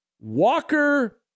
Walker